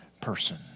person